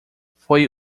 foi